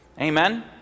Amen